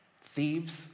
thieves